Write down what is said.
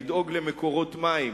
לדאוג למקורות מים,